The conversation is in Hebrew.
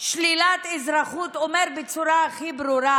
שלילת אזרחות אומר בצורה הכי ברורה